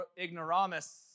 ignoramus